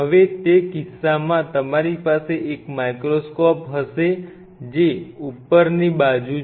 હવે તે કિસ્સામાં તમારી પાસે એક માઇક્રોસ્કોપ હશે જે ઉપર બાજુ છે